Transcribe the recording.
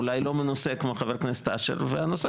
אולי לא מנוסה כמו חבר כנסת אשר והנושא